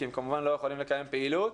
כי הם כמובן לא יכולים לקיים פעילות,